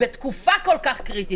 בתקופה כל כך קריטית,